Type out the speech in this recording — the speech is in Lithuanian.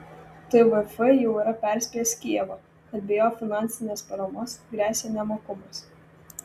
tvf jau yra perspėjęs kijevą kad be jo finansinės paramos gresia nemokumas